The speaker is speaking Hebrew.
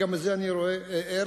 וגם בזה אני רואה ערך.